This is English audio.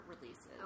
releases